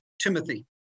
Timothy